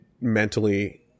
mentally